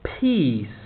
peace